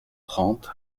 trente